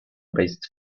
based